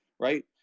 right